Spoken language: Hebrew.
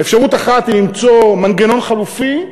אפשרות אחת היא למצוא מנגנון חלופי,